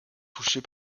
touchés